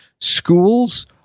schools